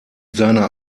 seiner